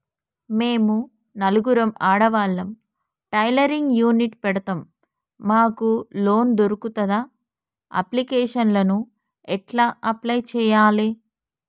మేము నలుగురం ఆడవాళ్ళం టైలరింగ్ యూనిట్ పెడతం మాకు లోన్ దొర్కుతదా? అప్లికేషన్లను ఎట్ల అప్లయ్ చేయాలే?